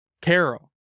Carol